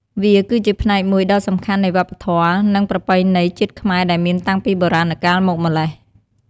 វាគឺជាផ្នែកមួយដ៏ សំខាន់នៃវប្បធម៌ និងប្រពៃណីជាតិខ្មែរដែលមានតាំងពីបុរាណកាលមកម៉្លេះ។